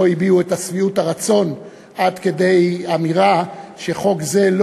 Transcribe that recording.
הביעו שביעות רצון עד כדי אמירה שחוק זה,